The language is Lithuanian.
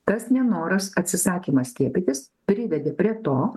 tas nenoras atsisakymas skiepytis privedė prie to